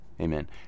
Amen